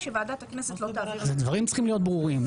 שוועדת הכנסת לא --- אז הדברים צריכים להיות ברורים,